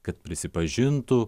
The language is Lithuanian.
kad prisipažintų